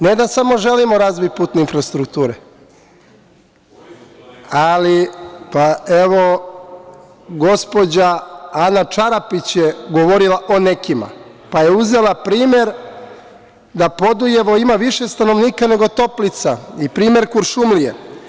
Ne da samo želim razvoj putne infrastrukture, ali… (Aleksandar Martinović: Koji su to neki?) … evo, gospođa Ana Čarapić je govorila o nekima, pa je uzela primer da Podujevo ima više stanovnika nego Toplica, i primer Kuršumlije.